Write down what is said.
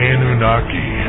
Anunnaki